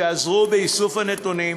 שעזרו באיסוף הנתונים,